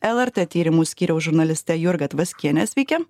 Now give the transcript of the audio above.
lrt tyrimų skyriaus žurnaliste jurga tvaskiene sveiki